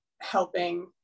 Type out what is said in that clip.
helping